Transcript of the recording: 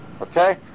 Okay